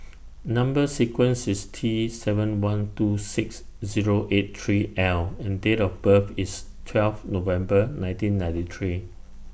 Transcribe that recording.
Number sequence IS T seven one two six Zero eight three L and Date of birth IS twelve November nineteen ninety three